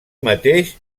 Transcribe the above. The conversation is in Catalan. mateix